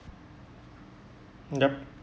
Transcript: yup